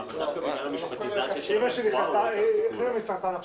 אנחנו הזמנו את רופא הכנסת לעניין סעיף